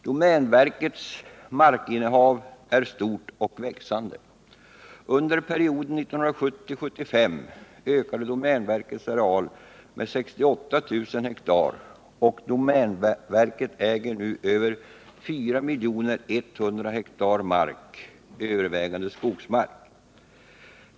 Domänverkets markinnehav är stort och växande. Under perioden 1970-1975 ökade domänverkets areal med 68 000 hektar, och domänverket äger nu över 4 100 000 hektar mark, övervägande skogsmark.